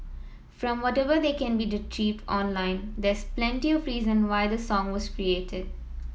from whatever that can be retrieved online there's plenty of reason why the song was created